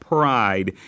pride